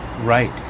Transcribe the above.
Right